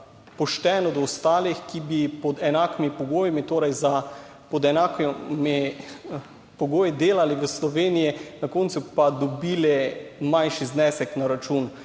pošteno do ostalih, ki bi pod enakimi pogoji, torej pod enakimi pogoji delali v Sloveniji, na koncu pa dobili manjši znesek na račun.